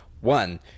One